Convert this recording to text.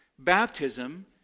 Baptism